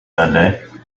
that